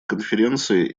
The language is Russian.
конференции